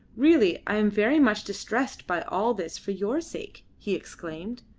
really i am very much distressed by all this for your sake, he exclaimed.